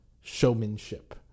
showmanship